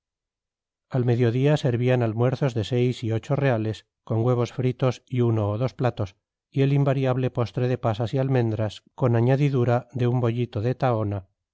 al mediodía servían almuerzos de seis y ocho reales con huevos fritos y uno o dos platos y el invariable postre de pasas y almendras con añadidura de un bollito de tahona